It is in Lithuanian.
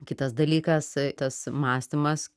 kitas dalykas tas mąstymas